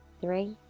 three